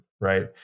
Right